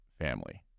family